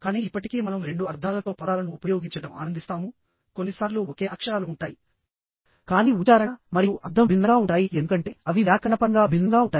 కానీ ఇప్పటికీ మనం రెండు అర్థాలతో పదాలను ఉపయోగించడం ఆనందిస్తాము కొన్నిసార్లు ఒకే అక్షరాలు ఉంటాయి కానీ ఉచ్చారణ మరియు అర్థం భిన్నంగా ఉంటాయి ఎందుకంటే అవి వ్యాకరణపరంగా భిన్నంగా ఉంటాయి